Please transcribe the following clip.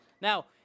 Now